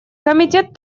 комитет